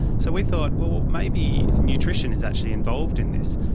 so we thought, well, maybe nutrition is actually involved in this.